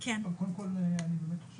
זה אכן דיון חשוב,